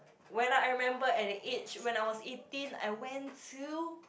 when I remember at the age when I was eighteen I went to